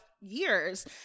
years